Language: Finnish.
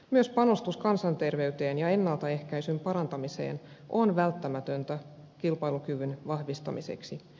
myös panostus kansanterveyteen ja ennaltaehkäisyn parantamiseen on välttämätöntä kilpailukyvyn vahvistamiseksi